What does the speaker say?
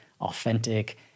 authentic